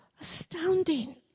astounding